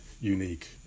unique